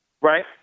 right